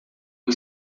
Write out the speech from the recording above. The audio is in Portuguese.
que